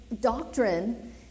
doctrine